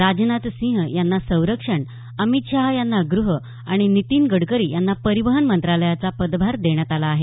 राजनाथ सिंह यांना संरक्षण अमित शाह यांना ग्रह आणि नितीन गडकरी यांना परिवहन मंत्रालयाचा पदभार देण्यात आला आहे